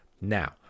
now